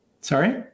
sorry